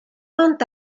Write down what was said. ond